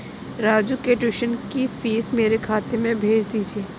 राजू के ट्यूशन की फीस मेरे खाते में भेज दीजिए